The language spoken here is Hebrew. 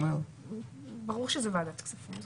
ברור שזה ועדת הכספים.